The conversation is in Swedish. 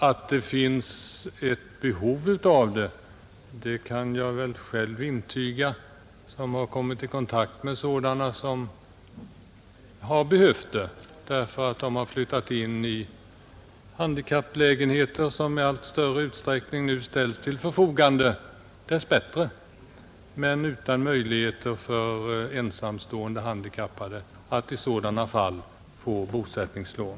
Att det finns ett behov av dessa lån kan jag själv intyga eftersom jag har kommit i kontakt med ensamstående handikappade som har behövt bosättningslån därför att de har flyttat in i handikapplägenheter — som dess bättre i allt större utsträckning ställs till förfogande — men inte haft några möjligheter att få bosättningslån.